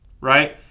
right